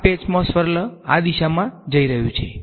આ પેચમાં સ્વર્લ આ દિશામાં જઈ રહ્યું છે